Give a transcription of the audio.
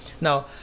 Now